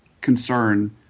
concern